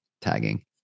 tagging